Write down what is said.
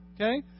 Okay